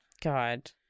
God